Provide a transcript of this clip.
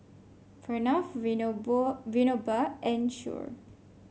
Pranav Vinoba and Choor